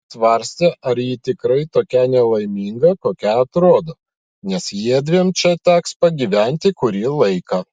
svarstė ar ji tikrai tokia nelaiminga kokia atrodo nes jiedviem čia teks pagyventi kurį laiką